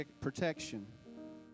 protection